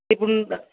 ఇప్పుడు